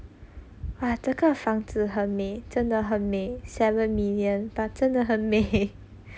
哇这个房子很美真的很美 seven million but 真的很美